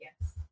yes